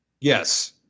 Yes